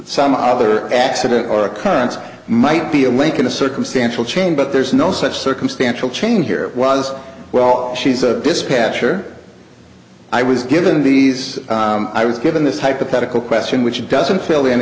some other accident or occurrence might be a link in a circumstantial chain but there's no such circumstantial change here it was well she's a dispatcher i was given these i was given this hypothetical question which doesn't fill